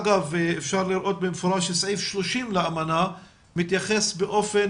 אגב אפשר לראות במפורש שסעיף 30 לאמנה מתייחס באופן